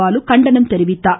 பாலு கண்டனம் தெரிவித்தார்